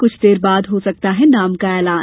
कुछ देर बाद हो सकता है नाम का ऐलान